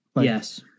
Yes